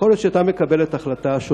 ביהודה ושומרון באוכלוסייה הכללית במדינת ישראל.